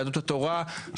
יהדות התורה,